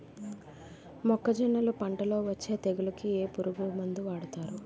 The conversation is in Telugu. మొక్కజొన్నలు పంట లొ వచ్చే తెగులకి ఏ పురుగు మందు వాడతారు?